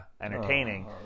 entertaining